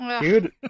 dude